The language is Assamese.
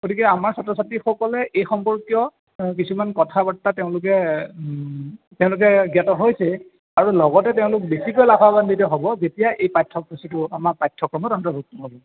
গতিকে আমাৰ ছাত্ৰ ছাত্ৰীসকলে এই সম্পৰ্কীয় কিছুমান কথাবৰ্তা তেওঁলোকে তেওঁলোকে জ্ঞাত হৈছে আৰু লগতে তেওঁলোক বেছিকৈ লাভান্বিত হ'ব যেতিয়া এই পাঠ্যসূচীটো আমাৰ পাঠ্যক্ৰমত অন্তৰ্ভুক্ত হ'ব